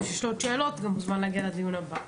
מי שיש לו עוד שאלות, מוזמן להגיע גם לדיון הבא.